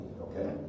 okay